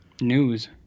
News